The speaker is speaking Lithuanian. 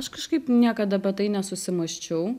aš kažkaip niekad apie tai nesusimąsčiau